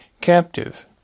captive